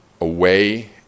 away